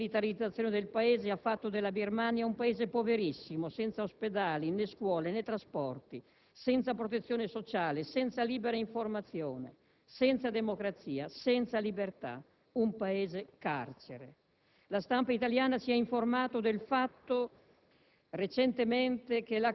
Noi sappiamo bene che la militarizzazione del Paese ha reso la Birmania un Paese poverissimo, senza ospedali, né scuole, né trasporti, senza protezione sociale, senza libera informazione, senza democrazia, senza libertà: un Paese carcere. La stampa italiana ci ha informato del fatto